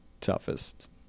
toughest